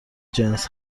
جنس